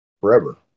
forever